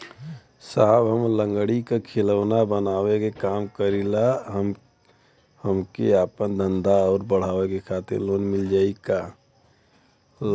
साहब हम लंगड़ी क खिलौना बनावे क काम करी ला हमके आपन धंधा अउर बढ़ावे के खातिर लोन मिल जाई का?